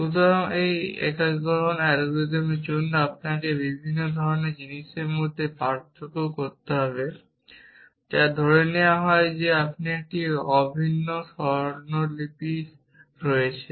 সুতরাং এই একীকরণ অ্যালগরিদমের জন্য আপনাকে বিভিন্ন ধরণের জিনিসের মধ্যে পার্থক্য করতে হবে যা ধরে নেওয়া হয় যে আমাদের একটি অভিন্ন স্বরলিপি রয়েছে